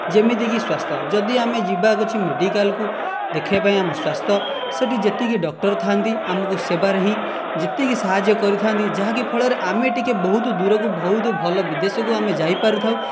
ଯେମିତି କି ସ୍ୱାସ୍ଥ୍ୟ ଯଦି ଆମେ ଯିବାକୁ ଅଛି ମେଡ଼ିକାଲକୁ ଦେଖିବା ପାଇଁ ସ୍ୱାସ୍ଥ୍ୟ ସେଇଠି ଯେତିକି ଡକ୍ଟର ଥାଆନ୍ତି ଆମକୁ ସେବାରେ ହିଁ ଯେତିକି ସାହାଯ୍ୟ କରିଥାନ୍ତି ଯାହାକି ଫଳରେ ଆମେ ଟିକିଏ ବହୁତ ଦୁରକୁ ବହୁତ ଭଲ ବିଦେଶକୁ ଆମେ ଯାଇପାରିଥାଉ